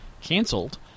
canceled